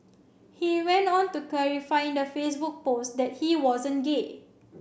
he went on to clarify in the Facebook post that he wasn't gay